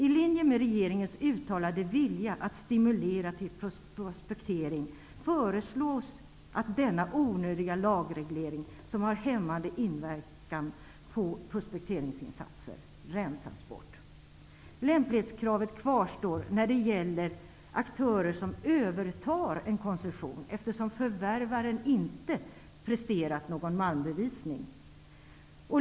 I linje med regeringens uttalade vilja att stimulera till prospektering föreslås att denna onödiga lagreglering som har hämmande inverkan på nya prospekteringsinsatser rensas bort. Lämplighetskravet kvarstår när det gäller aktörer som övertar en koncession, eftersom förvärvaren inte presterat någon malmbevisning.